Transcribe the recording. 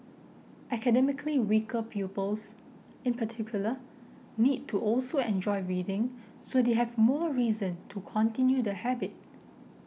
academically weaker pupils in particular need to also enjoy reading so they have more reason to continue the habit